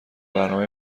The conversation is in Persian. برنامه